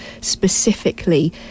specifically